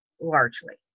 largely